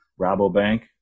Rabobank